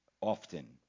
often